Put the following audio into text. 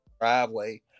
driveway